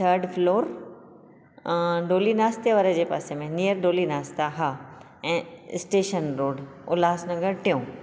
third floor Doli नाश्ते वारे जे पासे में नियर डोली नाश्ता हा ऐं स्टेशन रोड उल्हासनगर टियों